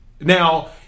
Now